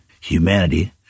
Humanity